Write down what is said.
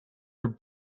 are